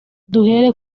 duhere